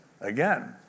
Again